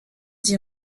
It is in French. d’y